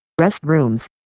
Restrooms